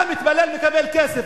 אתה מתפלל ומקבל כסף,